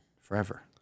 Forever